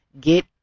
Get